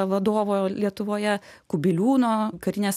vadovo lietuvoje kubiliūno karinės